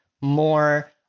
more